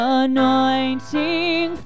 anointing